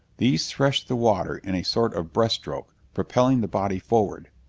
these threshed the water in a sort of breast-stroke, propelling the body forward.